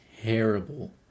terrible